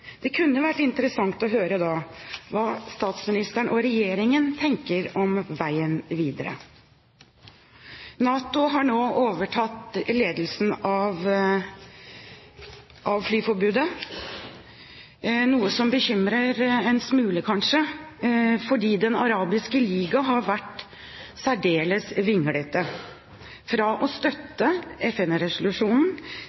Det kunne da vært interessant å høre hva statsministeren og regjeringen tenker om veien videre. NATO har nå overtatt ledelsen av håndhevingen av flyforbudet, noe som kanskje bekymrer en smule, fordi Den arabiske liga har vært særdeles vinglete. De har gått fra å